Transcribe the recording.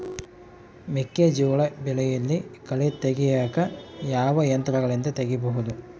ಮೆಕ್ಕೆಜೋಳ ಬೆಳೆಯಲ್ಲಿ ಕಳೆ ತೆಗಿಯಾಕ ಯಾವ ಯಂತ್ರಗಳಿಂದ ತೆಗಿಬಹುದು?